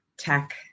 tech